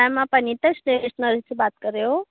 ma'am आप Anita stay technology से बात कर रहे हो